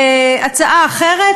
הצעה אחרת,